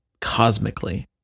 cosmically